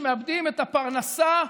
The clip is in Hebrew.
שמאבדים את הפרנסה,